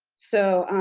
so,